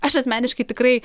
aš asmeniškai tikrai